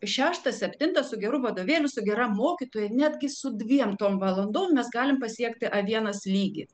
šeštą septintą su geru vadovėliu su gera mokytoja netgi su dviem tom valandom mes galim pasiekti a vienas lygį